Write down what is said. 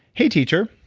hey teacher,